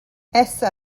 essa